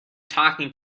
talking